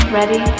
Ready